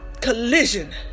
collision